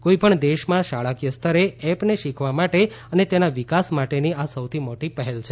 કોઇ પણ દેશમાં શાળાકીય સ્તરે એપને શીખવા માટે અને તેના વિકાસ માટેની આ સૌથી મોટી પહેલ હશે